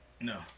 No